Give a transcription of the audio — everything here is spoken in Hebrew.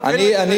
כן לגרש,